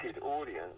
audience